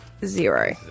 zero